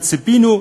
וציפינו,